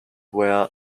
were